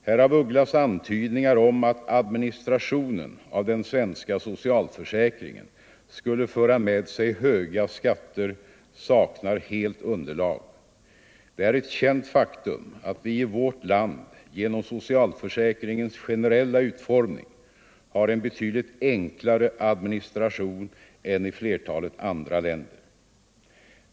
Herr af Ugglas antydningar om att administrationen av den svenska socialförsäkringen skulle föra med sig höga skatter saknar helt underlag. Det är ett känt faktum att vi i vårt land genom socialförsäkringens generella utformning har en betydligt enklare administration än i flertalet andra länder.